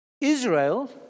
Israel